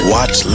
Watch